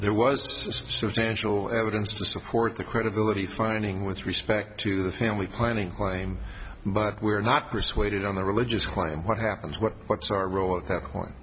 there was substantial evidence to support the credibility finding with respect to the family planning claim but we're not persuaded on the religious claim what happens what what's our role at that point